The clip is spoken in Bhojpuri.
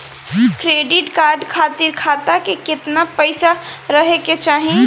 क्रेडिट कार्ड खातिर खाता में केतना पइसा रहे के चाही?